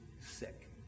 sick